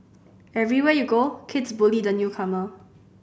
everywhere you go kids bully the newcomer